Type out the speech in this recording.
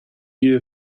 view